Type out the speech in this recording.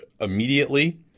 immediately